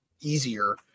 easier